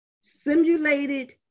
simulated